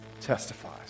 testifies